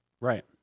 right